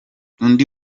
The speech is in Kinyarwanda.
undi